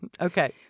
Okay